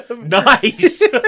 Nice